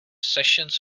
sessions